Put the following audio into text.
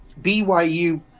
BYU